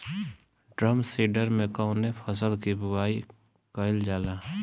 Drum seeder से कवने फसल कि बुआई कयील जाला?